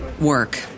work